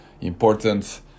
important